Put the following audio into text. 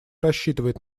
рассчитывает